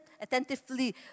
Attentively